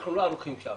אנחנו לא ערוכים שם.